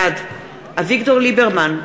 בעד אביגדור ליברמן,